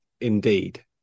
indeed